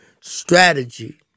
strategy